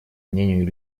мнению